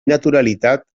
naturalitat